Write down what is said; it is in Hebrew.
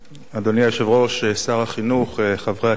אדוני היושב-ראש, שר החינוך, חברי הכנסת,